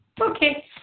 Okay